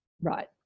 Right